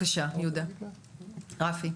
אני אסביר.